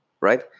right